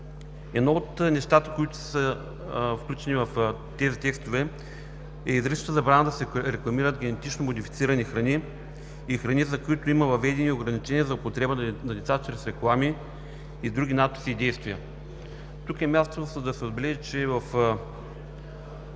Едно от нещата, които са включени в тези текстове, е изричната забрана да се рекламират генетично модифицирани храни и храни, за които има въведени ограничения за употреба на лица чрез реклами и други надписи и действия. Тук е мястото да се отбележи, че в